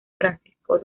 francisco